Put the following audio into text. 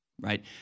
Right